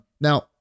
Now